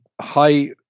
high